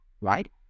Right